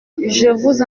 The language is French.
vous